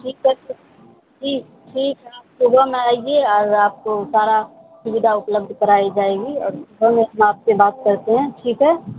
ٹھیک ہے پھر جی ٹھیک ہے آپ صبح میں آئیے اور آپ کو سارا سویدھا اپلبدھ کرائی جائے گی اور گھر میں ہم آپ سے بات کرتے ہیں ٹھیک ہے